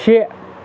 شےٚ